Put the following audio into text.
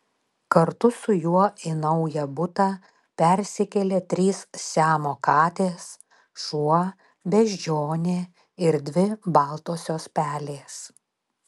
kartu su juo į naują butą persikėlė trys siamo katės šuo beždžionė ir dvi baltosios pelės